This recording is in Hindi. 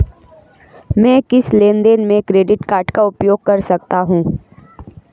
मैं किस लेनदेन में क्रेडिट कार्ड का उपयोग कर सकता हूं?